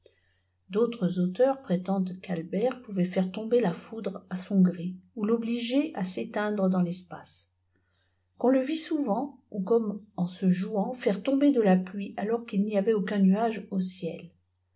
d'autres auteurs prétendent qu'albert pouvait faire tomber la foudre à son gré ou foblîger à s'éteindre dans l'espaice qu'on le vit souvent et comme en se jouant faire tomber de la pluiq alors qu'il n'y avait aucun nuage au ciel